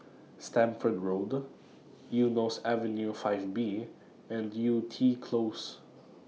Stamford Road Eunos Avenue five B and Yew Tee Close